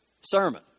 sermon